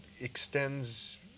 extends